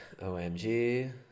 OMG